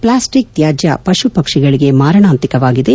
plastic ತ್ಯಾಜ್ಯ ವಶುಪಕ್ಷಿಗಳಿಗೆ ಮಾರಣಾಂತಿಕವಾಗಿದೆ